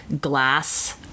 glass